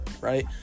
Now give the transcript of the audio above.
right